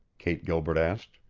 kate gilbert asked.